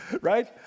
Right